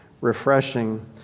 refreshing